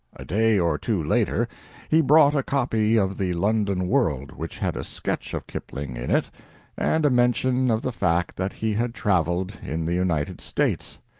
a day or two later he brought a copy of the london world which had a sketch of kipling in it and a mention of the fact that he had traveled in the united states.